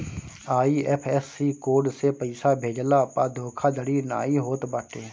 IFSC code से पइसा भेजला पअ धोखाधड़ी नाइ होत बाटे